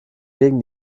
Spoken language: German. gegen